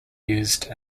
used